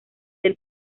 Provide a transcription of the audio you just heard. del